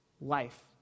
life